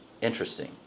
Interesting